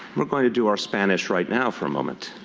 we're going to do our spanish right now for a moment.